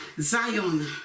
zion